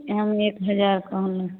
हम एक हजार कहलहुँ